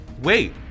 Wait